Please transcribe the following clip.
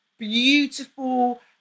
beautiful